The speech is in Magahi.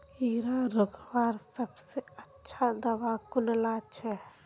कीड़ा रोकवार सबसे अच्छा दाबा कुनला छे?